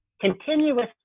continuous